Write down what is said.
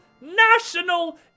national